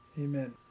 Amen